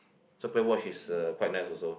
so buy watch is uh quite nice also